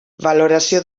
valoració